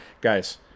Guys